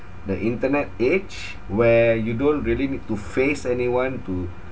the internet age where you don't really need to face anyone to